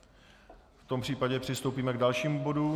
V tom případě přistoupíme k dalšímu bodu.